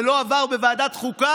זה לא עבר היום בוועדת חוקה,